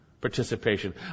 Participation